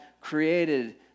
created